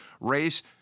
race